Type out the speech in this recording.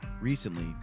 Recently